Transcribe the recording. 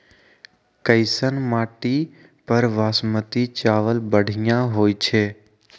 कैसन माटी पर बासमती चावल बढ़िया होई छई?